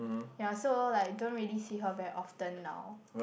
ya so like don't really see her very often now